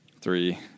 Three